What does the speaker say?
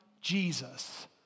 Jesus